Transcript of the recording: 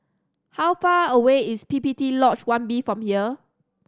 how far away is P P T Lodge One B from here